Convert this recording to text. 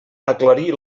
aclarir